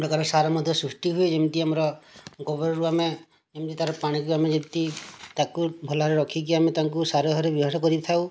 ପ୍ରକାର ସାର ମଧ୍ୟ ସୃଷ୍ଟି ହୁଏ ଯେମିତି ଆମର ଗୋବରରୁ ଆମେ ଯେମିତି ତାର ପାଣିକୁ ଆମେ ଯେମିତି ତାକୁ ଭଲ ଭାବରେ ରଖିକି ଆମେ ତାହାକୁ ସାର ଭାବରେ ବ୍ୟବହାର କରିଥାଉ